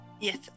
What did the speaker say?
Yes